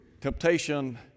Temptation